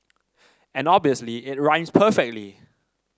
and obviously it rhymes perfectly